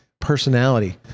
personality